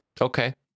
Okay